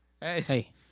hey